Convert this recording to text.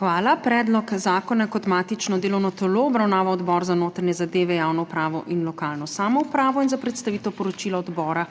Hvala. Predlog zakona je kot matično delovno telo obravnaval Odbor za notranje zadeve, javno upravo in lokalno samoupravo in za predstavitev poročila odbora